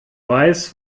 weiß